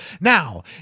Now